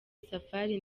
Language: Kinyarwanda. safari